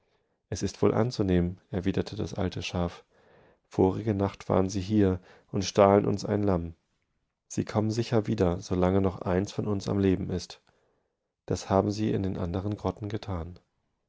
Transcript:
es ist wohl anzunehmen erwiderte das alte schaf vorige nachtwarensiehierundstahlenunseinlamm siekommensicherwieder so lange noch eins von uns am leben ist das haben sie in den andern grotten getan